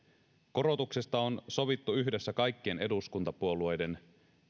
korotuksesta on sovittu yhdessä kaikkien eduskuntapuolueiden